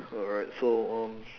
alright so um